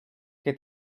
que